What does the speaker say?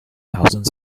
thousands